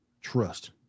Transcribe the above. trust